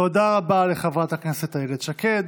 תודה רבה לחברת הכנסת איילת שקד.